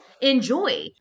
enjoy